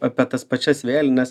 apie tas pačias vėlines